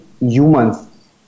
humans